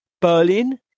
Berlin